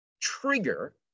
trigger